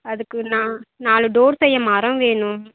அதுக்கு நான் நாலு டோர் செய்ய மரம் வேணும்